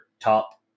top